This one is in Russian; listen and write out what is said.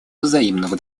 взаимного